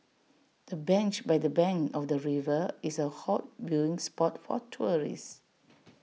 the bench by the bank of the river is A hot viewing spot for tourist